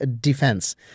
defense